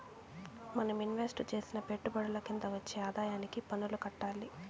మనం ఇన్వెస్టు చేసిన పెట్టుబడుల కింద వచ్చే ఆదాయానికి పన్నులు కట్టాలి